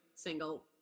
single